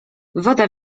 woda